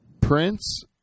Prince